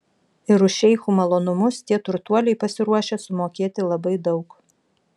ir už šeichų malonumus tie turtuoliai pasiruošę sumokėti labai daug